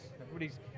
Everybody's